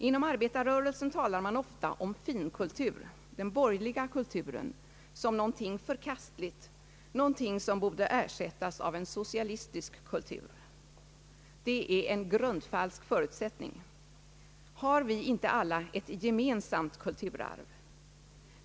Inom arbetarrörelsen talar man ofta om finkultur, den borgerliga kulturen, som något förkastligt, något som borde ersättas av en socialistisk kultur. Det är en grundfalsk förutsättning. Har vi inte alla ett gemensamt kulturarv?